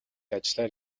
ажлаар